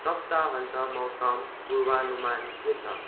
सप्ताहन्त मौसम पूर्वानुमान के छ